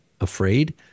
afraid